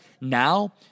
now